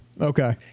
Okay